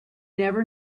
never